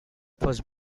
first